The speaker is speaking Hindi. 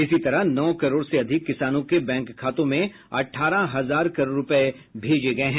इसी तरह नौ करोड़ से अधिक किसानों के बैंक खातों में अठारह हजार करोड़ रुपए भेजे गए हैं